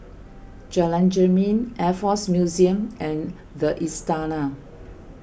Jalan Jermin Air force Museum and the Istana